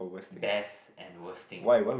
best and worst thing